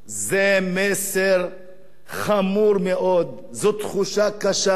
זה מסר חמור מאוד, זאת תחושה קשה מאוד,